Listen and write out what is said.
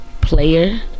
Player